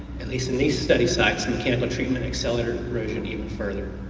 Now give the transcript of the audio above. at least in these study sites mechanical treatment accelerated erosion even further.